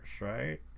right